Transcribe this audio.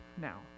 now